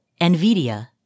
NVIDIA